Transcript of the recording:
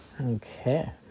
okay